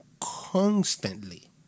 Constantly